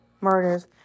Murders